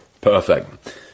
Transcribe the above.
Perfect